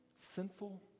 sinful